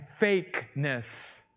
fakeness